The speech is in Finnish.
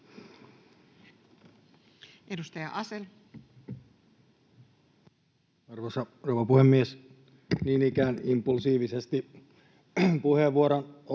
Edustaja Asell. Arvoisa rouva puhemies! Niin ikään impulsiivisesti puheenvuoron